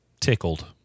tickled